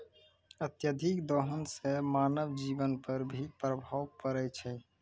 अत्यधिक दोहन सें मानव जीवन पर भी प्रभाव परै छै